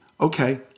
okay